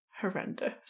horrendous